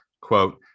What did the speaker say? Quote